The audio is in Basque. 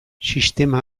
sistema